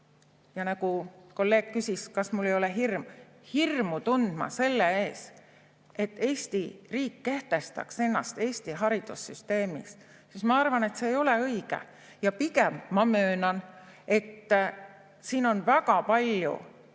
– nagu kolleeg küsis, kas mul ei ole hirm – hirmu tundma selle ees, et Eesti riik kehtestaks ennast Eesti haridussüsteemis, siis ma arvan, et see ei ole õige. Ma möönan, et pigem on siin väga palju